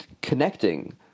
connecting